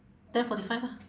ten forty five ah